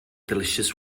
delicious